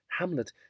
Hamlet